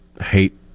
hate